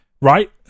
right